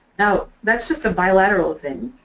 now that's just a bilateral thing,